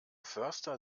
förster